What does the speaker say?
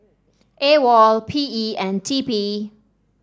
AWOL P E and T P